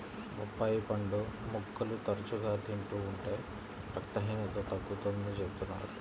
బొప్పాయి పండు ముక్కలు తరచుగా తింటూ ఉంటే రక్తహీనత తగ్గుతుందని చెబుతున్నారు